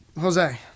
Jose